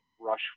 rush